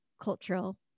cultural